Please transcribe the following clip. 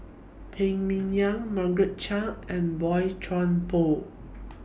Phan Ming Yen Margaret Chan and Boey Chuan Poh